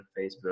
facebook